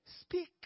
Speak